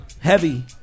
Heavy